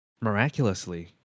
miraculously